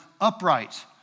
upright